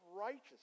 righteousness